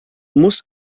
muss